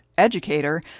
educator